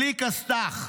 בלי כסת"ח.